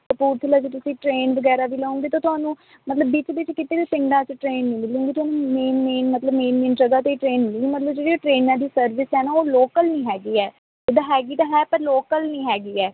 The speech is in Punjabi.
ਕਪੂਰਥਲਾ 'ਚ ਤੁਸੀਂ ਟ੍ਰੇਨ ਵਗੈਰਾ ਵੀ ਲਉਗੇ ਤਾਂ ਤੁਹਾਨੂੰ ਮਤਲਬ ਵਿੱਚ ਵਿੱਚ ਕਿਤੇ ਵੀ ਪਿੰਡਾਂ 'ਚ ਟ੍ਰੇਨ ਨਹੀਂ ਮਿਲੇਗੀ ਤੁਹਾਨੂੰ ਮੇਨ ਮੇਨ ਮਤਲਬ ਮੇਨ ਮੇਨ ਜਗ੍ਹਾ 'ਤੇ ਹੀ ਟ੍ਰੇਨ ਮਿਲੇਗੀ ਮਤਲਬ ਜਿਹੜੀ ਟ੍ਰੇਨਾਂ ਦੀ ਸਰਵਿਸ ਹੈ ਨਾ ਉਹ ਲੋਕਲ ਨਹੀਂ ਹੈਗੀ ਹੈ ਜਿੱਦਾਂ ਹੈਗੀ ਤਾਂ ਹੈ ਪਰ ਲੋਕਲ ਨਹੀਂ ਹੈਗੀ ਹੈ